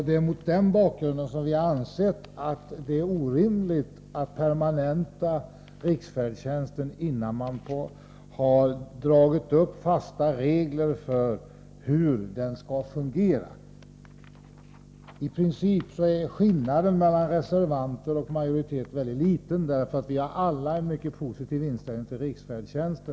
Det är mot den bakgrunden som vi har ansett att det är orimligt att permanenta riksfärdtjänsten, innan man har fått fasta regler för hur den skall fungera. I princip är skillnaden i uppfattning mellan reservanterna och majoriteten mycket liten, för vi har alla en mycket positiv inställning till riksfärdtjänsten.